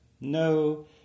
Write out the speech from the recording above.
No